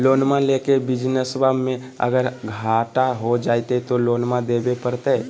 लोनमा लेके बिजनसबा मे अगर घाटा हो जयते तो लोनमा देवे परते?